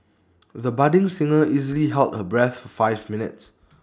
the budding singer easily held her breath for five minutes